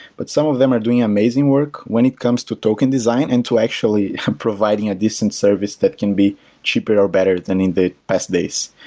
but some of them are doing amazing work when it comes to token design and to actually providing a decent service that can be cheaper, or better than in the past days.